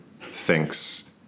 thinks